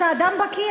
אתה אדם בקי,